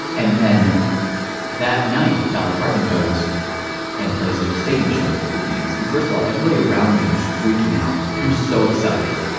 and then that night, dolly parton goes and plays a stadium show in queens. and first of all, everybody around me was freaking out. they were so excited.